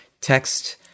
text